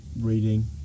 reading